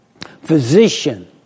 physician